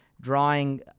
drawing